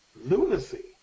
lunacy